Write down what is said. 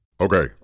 Okay